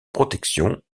protection